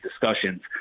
discussions